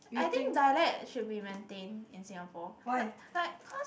I think dialect should be maintained in Singapore like like cause